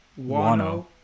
Wano